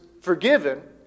forgiven